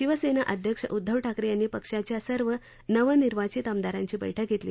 शिवसेना अध्यक्ष उद्वव ठाकरे यांनी पक्षाच्या सर्व नवनिर्वाचित आमदारांची बैठक घेतली